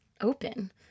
open